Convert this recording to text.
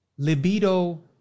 Libido